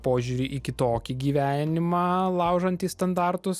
požiūrį į kitokį gyvenimą laužantį standartus